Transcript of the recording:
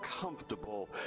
comfortable